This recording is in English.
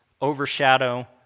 overshadow